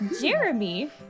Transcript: Jeremy